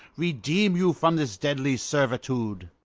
redeem you from this deadly servitude.